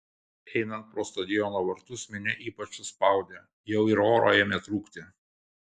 einant pro stadiono vartus minia ypač suspaudė jau ir oro ėmė trūkti